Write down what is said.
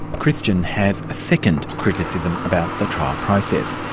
christian has a second criticism about the trial process.